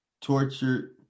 tortured